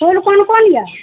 फूल कोन कोन यऽ